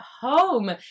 home